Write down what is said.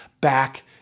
back